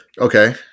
Okay